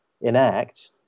enact